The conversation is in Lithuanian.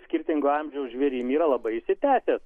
skirtingo amžiaus žvėrim yra labai išsitepęs